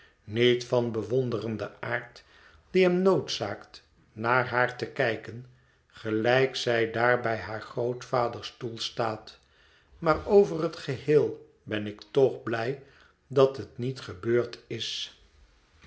niet van bewonderenden aard die hem noodzaakt naar haar te kijken gelijk zij daar bij haar grootvaders stoel staat maar over het geheel ben ik toch blij dat het niet gebeurd is